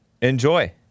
enjoy